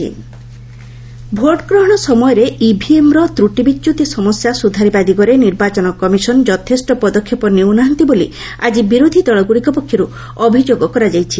ଅପୋକିସନ୍ EVM ଭୋଟ୍ଗ୍ରହଣ ସମୟରେ ଇଭିଏମ୍ର ତ୍ରୁଟିବିଚ୍ୟୁତି ସମସ୍ୟା ସୁଧାରିବା ଦିଗରେ ନିର୍ବାଚନ କମିଶନ୍ ଯଥେଷ୍ଟ ପଦକ୍ଷେପ ନେଉ ନାହାନ୍ତି ବୋଲି ଆକି ବିରୋଧୀ ଦଳଗୁଡ଼ିକ ପକ୍ଷରୁ ଅଭିଯୋଗ କରାଯାଇଛି